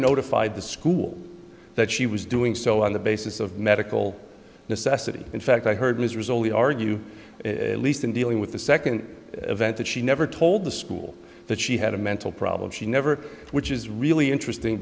notified the school that she was doing so on the basis of medical necessity in fact i heard ms rizzoli argue it least in dealing with the second event that she never told the school that she had a mental problem she never which is really interesting